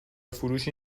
فروشی